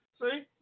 See